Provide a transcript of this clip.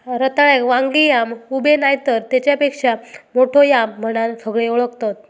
रताळ्याक वांगी याम, उबे नायतर तेच्यापेक्षा मोठो याम म्हणान सगळे ओळखतत